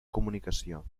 comunicació